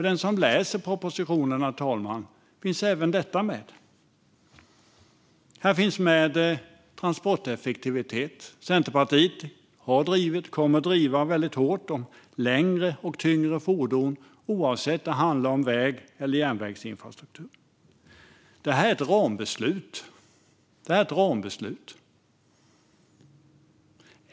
Den som läser propositionen, herr talman, ser att även detta finns med. Transporteffektivitet finns med här. Centerpartiet har drivit på, och kommer att driva på, väldigt hårt för längre och tyngre fordon, oavsett om det handlar om väg eller järnvägsinfrastruktur. Det här är ett rambeslut.